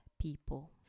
people